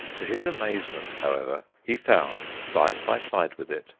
to his amazement, however, he found, side by side with it,